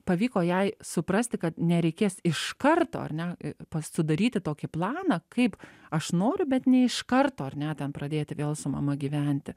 pavyko jai suprasti kad nereikės iš karto ar ne pas sudaryti tokį planą kaip aš noriu bet ne iš karto ar ne ten pradėti vėl su mama gyventi